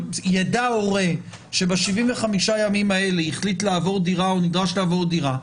אבל ידע הורה שב-75 ימים האלה החליט לעבור דירה או נדרש לעבור דירה,